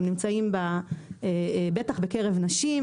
הם נמצאים בטח בקרב נשים,